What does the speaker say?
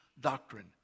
doctrine